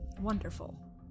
Wonderful